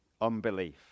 unbelief